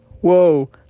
Whoa